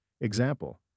Example